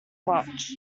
watch